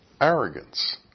arrogance